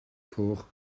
coch